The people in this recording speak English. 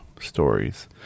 stories